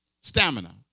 Stamina